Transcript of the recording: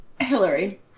hillary